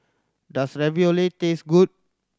does Ravioli taste good